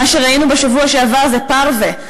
מה שראינו בשבוע שעבר זה פרווה.